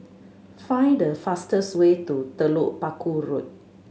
find the fastest way to Telok Paku Road